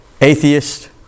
atheist